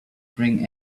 bring